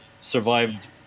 survived